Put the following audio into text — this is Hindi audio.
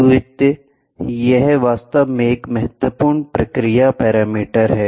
2 यह वास्तव में एक महत्वपूर्ण प्रक्रिया पैरामीटर है